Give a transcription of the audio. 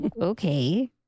Okay